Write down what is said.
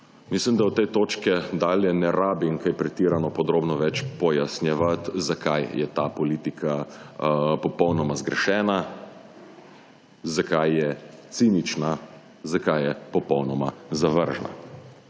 Mislim, da od te točke dalje ne rabim kaj pretirano podrobne več pojasnjevati zakaj je ta politika popolnoma zgrešena, zakaj je cinična, zakaj je popolnoma zavržna.